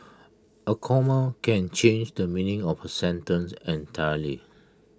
A comma can change the meaning of A sentence entirely